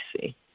see